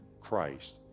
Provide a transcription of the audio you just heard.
christ